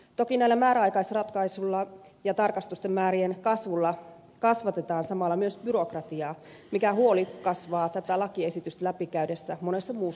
toki näillä määräaikaisratkaisuilla ja tarkastusten määrien kasvulla kasvatetaan samalla myös byrokratiaa mikä huoli kasvaa tätä lakiesitystä läpikäydessä monessa muussakin kohtaa